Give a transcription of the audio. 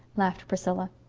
laughed priscilla.